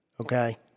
okay